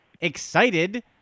excited